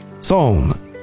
Psalm